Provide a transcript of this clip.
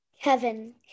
Kevin